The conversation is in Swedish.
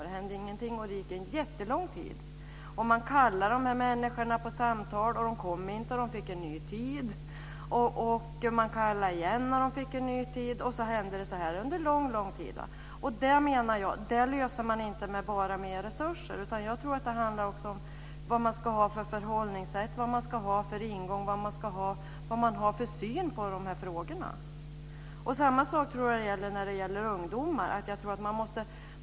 Det gick en jättelång tid, och man kallade de här människorna till samtal och de kom inte. De fick en ny tid, och de kom inte. Man kallade igen, och de fick en ny tid. Det här höll på under en lång, lång tid. Jag menar att man inte löser detta bara med mer resurser, utan jag tror att det också handlar om vad man ska ha för förhållningssätt och för ingång och om vilken syn man har på frågorna. Samma sak är det när det gäller ungdomar.